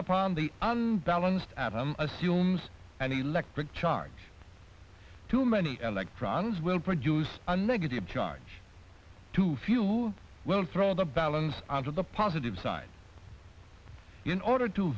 upon the un balanced atom assumes an electric charge to many electrons will produce a negative charge too few will throw the balance out on the positive side in order to